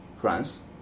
France